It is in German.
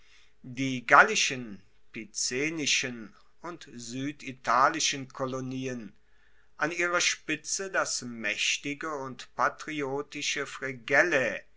die gallischen picenischen und sueditalischen kolonien an ihrer spitze das maechtige und patriotische